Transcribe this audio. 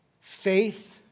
faith